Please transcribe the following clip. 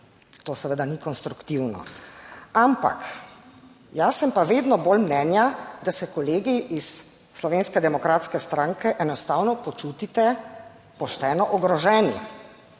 To seveda ni konstruktivno, ampak jaz sem pa vedno bolj mnenja, da se kolegi iz Slovenske demokratske stranke enostavno počutite pošteno ogroženi,